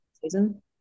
season